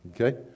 okay